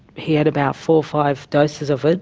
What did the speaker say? he had about four, five doses of it,